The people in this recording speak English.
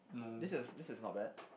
this is this is not bad